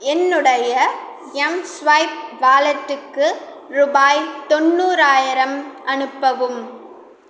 என்னுடைய எம்ஸ்வைப் வாலெட்டுக்கு ரூபாய் தொண்ணூறாயிரம் அனுப்பவும்